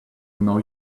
know